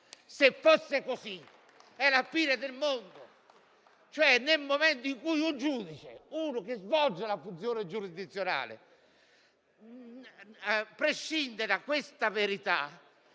Se fosse così, sarebbe la fine del mondo. Nel momento in cui cioè un giudice, che svolge la funzione giurisdizionale, prescinde da questa verità,